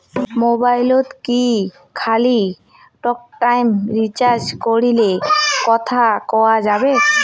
মোবাইলত কি খালি টকটাইম রিচার্জ করিলে কথা কয়া যাবে?